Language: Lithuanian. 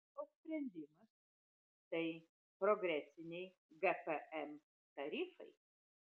o sprendimas tai progresiniai gpm tarifai